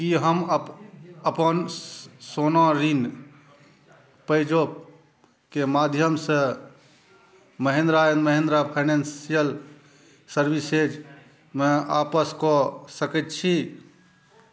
की हम अपन सोना ऋण पे जैपके माध्यमसँ महिंद्रा एंड महिंद्रा फाइनेंशियल सर्विसेजमे आपस कऽ सकैत छी